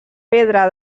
pedra